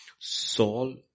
Saul